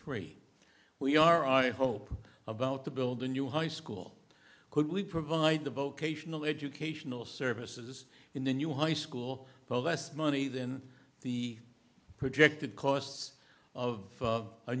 three we are i hope about to build a new high school could we provide the vocational educational services in the new high school but less money than the projected costs of a